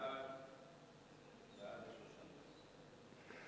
חוק הגבלת השימוש ורישום פעולות בחלקי רכב משומשים (מניעת גנבות) (תיקון